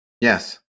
Yes